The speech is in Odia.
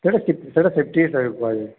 ସେଇଟା ସେଫ୍ଟି ହିସାବରେ କୁହାଯାଏ